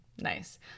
Nice